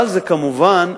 אבל זה, כמובן,